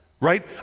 right